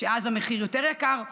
שאז המחיר יותר יקר,